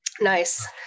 Nice